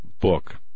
book